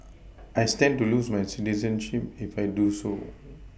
I stand to lose my citizenship if I do so